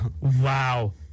Wow